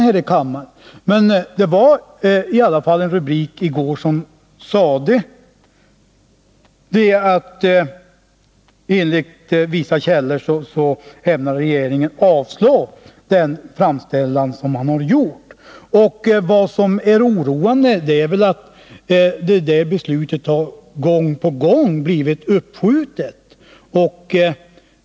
I går kunde man emellertid läsa i en tidningsrubrik att regeringen enligt vissa källor ämnar avslå den gjorda framställan. Vad som oroar är att beslutet har blivit uppskjutet gång på gång.